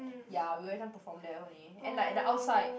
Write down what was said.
ya we everytime perform there only and like at the outside